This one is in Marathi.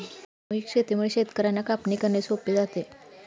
सामूहिक शेतीमुळे शेतकर्यांना कापणी करणे सोपे जाते